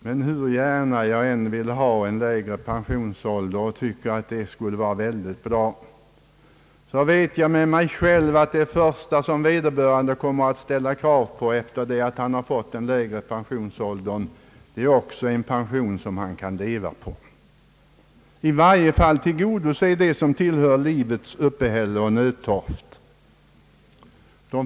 Men hur bra jag än tycker det skulle vara med en lägre pensionsålder vet jag att det första vederbörande kommer att kräva sedan han fått den lägre pensionsåldern är en pension som han också kan leva på, som i varje fall tillgodoser det som hör till livets nödtorft.